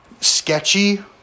sketchy